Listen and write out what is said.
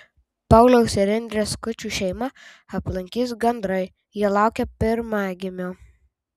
pauliaus ir indrės skučų šeimą aplankys gandrai jie laukia pirmagimio